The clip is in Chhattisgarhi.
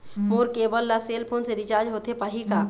मोर केबल ला सेल फोन से रिचार्ज होथे पाही का?